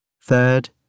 Third